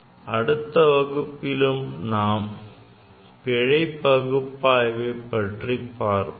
அடுத்த வகுப்பிலும் நாம் பிழை பகுப்பாய்வை பற்றி பார்ப்போம்